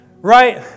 right